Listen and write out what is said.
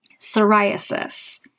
Psoriasis